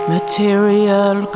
Material